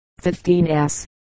15S